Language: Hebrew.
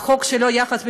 החוק שלו יחד,